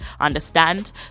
Understand